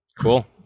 cool